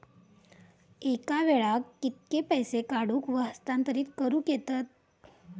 एका वेळाक कित्के पैसे काढूक व हस्तांतरित करूक येतत?